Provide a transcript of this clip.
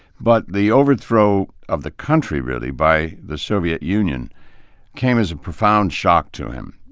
but the overthrow of the country really by the soviet union came as a profound shock to him.